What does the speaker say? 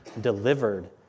delivered